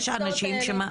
יש אנשים שמרוויחים.